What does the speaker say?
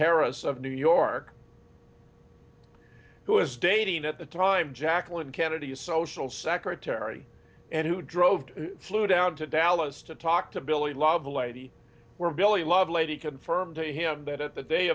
harris of new york who is dating at the time jacqueline kennedy a social secretary and who drove flew down to dallas to talk to billy lovelady where billy lovelady confirmed to him that at the day